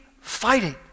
fighting